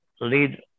lead